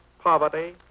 poverty